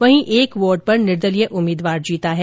वहीं एक वार्ड पर निर्दलीय उम्मीदवार जीता है